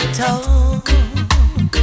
talk